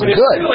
good